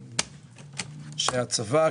שהצבא,